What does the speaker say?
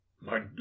My